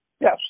Yes